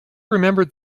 remembered